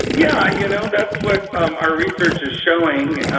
yeah you know that's what um our research is showing,